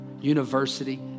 university